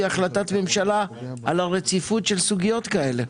החלטת ממשלה על הרציפות של סוגיות כאלה.